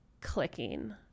clicking